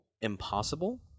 impossible